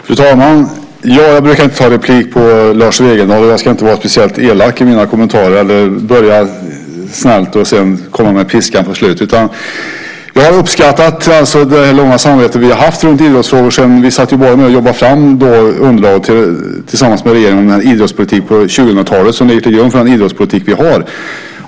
Fru talman! Jag brukar inte ta replik på Lars Wegendal, och jag ska inte vara speciellt elak i mina kommentarer eller börja snällt och sedan komma med piskan på slutet. Jag har uppskattat det långa samarbete som vi haft i idrottsfrågor sedan vi satt och arbetade fram underlaget tillsammans med regeringen för idrottspolitiken på 2000-talet som ligger till grund för den idrottspolitik vi har.